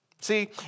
see